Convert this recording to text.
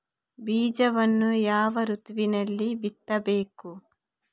ಬೀಜವನ್ನು ಯಾವ ಋತುವಿನಲ್ಲಿ ಬಿತ್ತಬೇಕು?